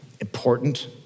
important